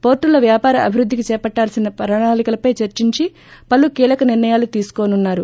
పోర్టుల వ్యాపార అభివృద్దికి చేపట్టవలసిన ప్రణాళికలపై చర్చించి పలు కీలక నిర్ణయాలు తీసుకోనున్నారు